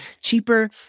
cheaper